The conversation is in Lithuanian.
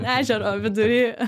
ežero vidury